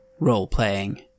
Roleplaying